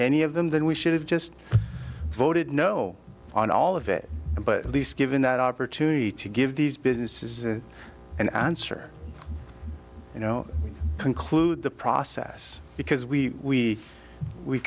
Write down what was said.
any of them then we should have just voted no on all of it but at least given that opportunity to give these businesses an answer you know conclude the process because we we